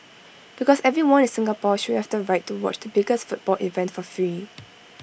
because everyone in Singapore should have the right to watch the biggest football event for free